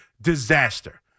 disaster